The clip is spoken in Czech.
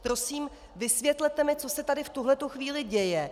Prosím, vysvětlete mi, co se tady v tuhle chvíli děje!